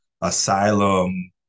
asylum